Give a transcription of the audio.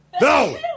no